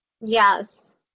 Yes